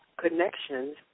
connections